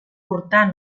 portar